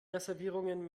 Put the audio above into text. reservierungen